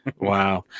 Wow